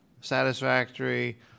satisfactory